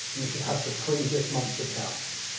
you should have the previous month's accounts.